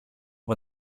από